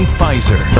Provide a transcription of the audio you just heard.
Pfizer